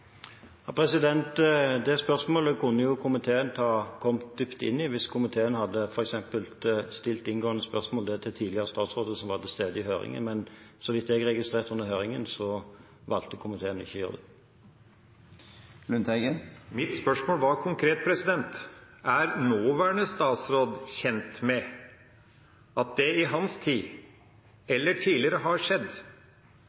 Det spørsmålet kunne komiteen kommet dypt inn i hvis komiteen hadde f.eks. stilt inngående spørsmål til tidligere statsråder som var til stede i høringen, men så vidt jeg registrerte under høringen, valgte komiteen å ikke gjøre det. Mitt spørsmål var konkret: Er nåværende statsråd kjent med at det i hans tid eller tidligere har skjedd?